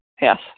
Yes